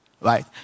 Right